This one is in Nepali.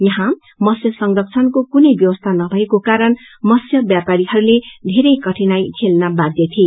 यहाँ मत्स्य संरक्षणको कुनै ब्यवस्था नभएको कारण मत्सय बपारीहरूले धेरै कठिनाई झेल्न बाध्य थिए